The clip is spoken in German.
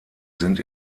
sind